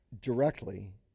directly